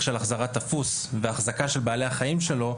של החזרת תפוס והחזקה של בעלי החיים שלו,